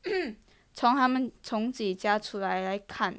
从他们从自己家出来来看